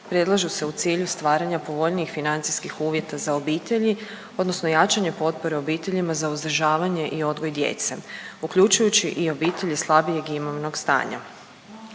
predlažu se u cilju stvaranja povoljnijih financijskih uvjeta za obitelji odnosno jačanje potpore obiteljima za uzdržavanje i odgoj djece uključujući i obitelji slabijeg imovnog stanja.